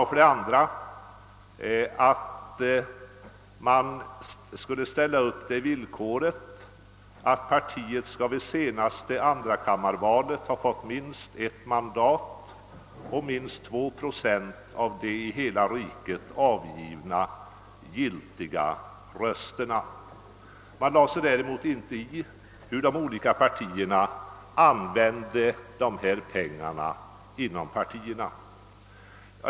För det andra uppställdes det villkoret att partiet vid det senaste andrakammarvalet skulle ha fått minst ett mandat och minst 2 procent av de i hela riket avgivna giltiga rösterna. Däremot lade man sig inte i hur de olika partierna använde pengarna.